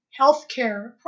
healthcare